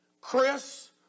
Chris